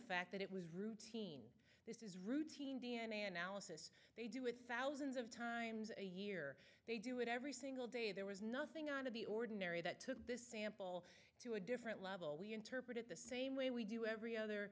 fact that it was routine this is routine d n a analysis we do it thousands of times a year they do it every single day there was nothing out of the ordinary that took this sample to a different level we interpret it the same way we do every other